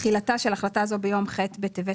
תחילה3.תחילתה של החלטה זו ביום ח' בטבת